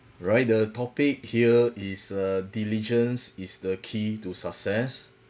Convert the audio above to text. right the topic here is err diligence is the key to success